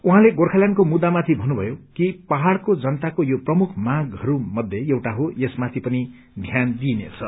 उहाँले गोर्खाल्याण्डको मुद्दामाथि भन्नुभयो कि पहाड़को जनताको यो प्रमुख मांगहरू मध्ये यो एउटा हो यसमाथि पनि ध्यान दिइनेछ